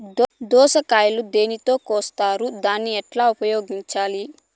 దోస కాయలు దేనితో కోస్తారు దాన్ని ఎట్లా ఉపయోగించాలి?